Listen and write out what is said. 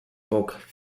book